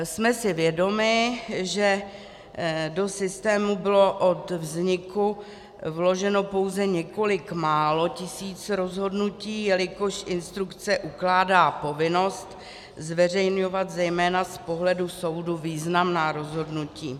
Jsme si vědomi, že do systému bylo od vzniku vloženo pouze několik málo tisíc rozhodnutí, jelikož instrukce ukládá povinnost zveřejňovat zejména z pohledu soudu významná rozhodnutí.